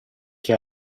che